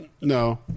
No